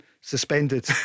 suspended